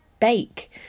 bake